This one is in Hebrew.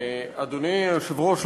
אדוני היושב-ראש,